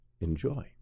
enjoy